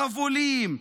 חבולים,